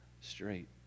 straight